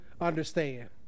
understand